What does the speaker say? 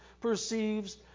perceives